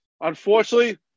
Unfortunately